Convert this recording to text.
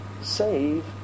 Save